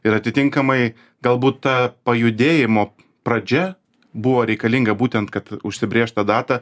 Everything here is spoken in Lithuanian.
ir atitinkamai galbūt ta pajudėjimo pradžia buvo reikalinga būtent kad užsibrėžt tą datą